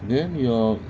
then your